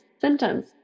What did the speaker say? symptoms